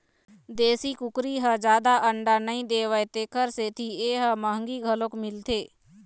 देशी कुकरी ह जादा अंडा नइ देवय तेखर सेती ए ह मंहगी घलोक मिलथे